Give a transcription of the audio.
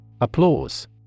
Applause